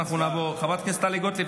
חברת הכנסת טלי גוטליב,